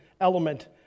element